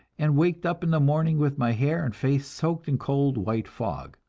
and waked up in the morning with my hair and face soaked in cold, white fog,